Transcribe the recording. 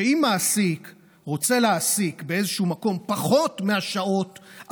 שאם מעסיק רוצה להעסיק באיזשהו מקום פחות מהשעות,